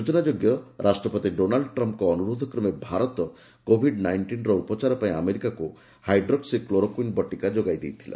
ସ୍ବଚନାଯୋଗ୍ୟ ଯେ ରାଷ୍ଟ୍ରପତି ଡୋନାଲଡ୍ ଟ୍ରମ୍ପଙ୍କ ଅନୁରୋଧ କ୍ରମେ ଭାରତ କୋଭିଡ୍ ନାଇଷ୍ଟିନ୍ର ଉପଚାର ପାଇଁ ଆମେରିକାକୁ ହାଇଡ୍ରୋକ୍ତି କ୍ନୋରୋକୁଇନ୍ ବଟିକା ଯୋଗାଇ ଦେଇଥିଲା